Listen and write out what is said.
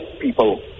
people